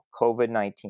COVID-19